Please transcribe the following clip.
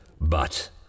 But